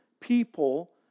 people